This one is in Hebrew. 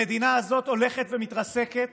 המדינה הזאת הולכת ומתרסקת